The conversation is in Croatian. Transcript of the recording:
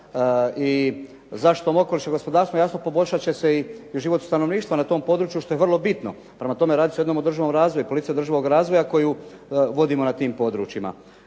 i zaštitom okoliša i gospodarstva jasno poboljšati će se i život stanovništva na tom području što je vrlo bitno. Prema tome, radi se o jednom održivom razvoju, politici održivog razvoja koju vodimo na tim područjima.